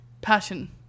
passion